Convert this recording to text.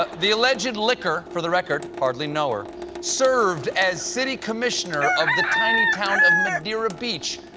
ah the alleged licker for the record, hardly know her served as city commissioner of the tiny town of madeira beach,